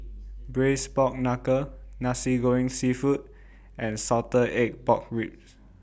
Braised Pork Knuckle Nasi Goreng Seafood and Salted Egg Pork Ribs